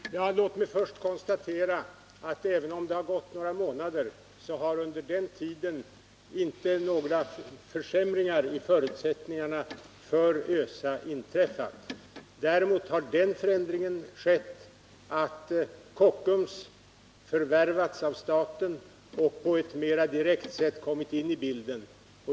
Herr talman! Låt mig först konstatera, att även om det har gått några månader, har det under den tiden inte inträffat några försämringar i förutsättningarna för ÖSA. Däremot har den förändringen skett att Kockums förvärvats av staten och på ett mera direkt sätt kommit in i bilden.